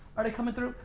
are they comin' through?